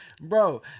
Bro